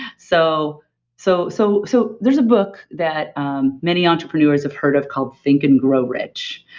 so so so so there's a book that um many entrepreneurs have heard of called, think and grow rich.